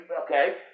okay